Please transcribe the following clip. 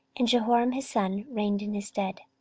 and jehoram his son reigned in his stead.